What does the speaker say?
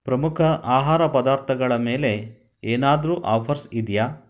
ಪ್ರಮುಖ ಆಹಾರ ಪದಾರ್ಥಗಳ ಮೇಲೆ ಏನಾದರೂ ಆಫರ್ಸ್ ಇದೆಯಾ